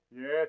Yes